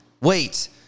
Wait